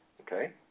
okay